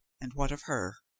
and what of her?